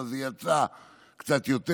אבל זה יצא קצת יותר.